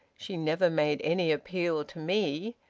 she never made any appeal to me,